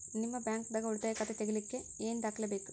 ನಿಮ್ಮ ಬ್ಯಾಂಕ್ ದಾಗ್ ಉಳಿತಾಯ ಖಾತಾ ತೆಗಿಲಿಕ್ಕೆ ಏನ್ ದಾಖಲೆ ಬೇಕು?